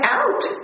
out